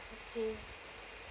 I see